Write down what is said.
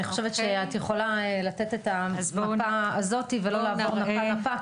אני חושבת שאת יכולה לתת את המפה הזאת ולא לעבור נפה-נפה,